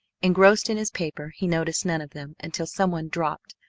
engrossed in his paper, he noticed none of them until someone dropped,